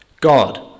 God